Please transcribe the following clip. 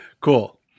Cool